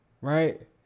Right